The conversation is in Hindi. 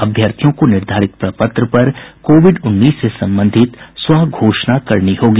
अभ्यार्थियों को निर्धारित प्रपत्र पर कोविड उन्नीस से सम्बन्धित स्व घोषणा करनी होगी